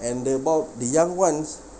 and about the young ones